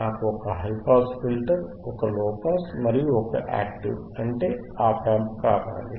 నాకు ఒక high pass filter ఒక లోపాస్ మరియు ఒక యాక్టివ్ అంటే ఆప్ ఆంప్ కావాలి